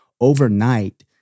overnight